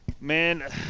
Man